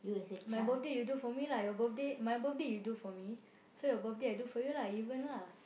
my birthday you do for me lah your birthday my birthday you do for me so your birthday I do for you lah even lah